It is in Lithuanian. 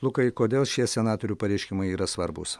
lukai kodėl šie senatorių pareiškimai yra svarbūs